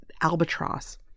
albatross